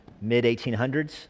mid-1800s